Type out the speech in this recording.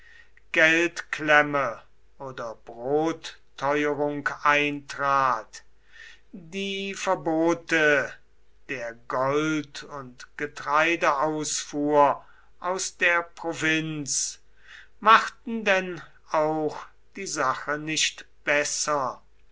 geldklemme oder brotteuerung eintrat die verbote der gold und getreideausfuhr aus der provinz machten denn auch die sache nicht besser